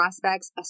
prospects